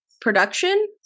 production